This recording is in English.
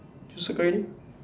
you circle ready